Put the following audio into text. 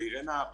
אירינה,